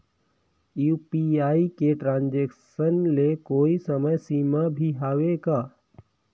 UPI के transaction ले कोई समय सीमा भी हवे का?